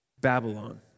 Babylon